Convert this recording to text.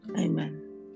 Amen